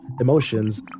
emotions